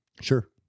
Sure